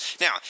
Now